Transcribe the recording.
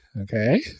okay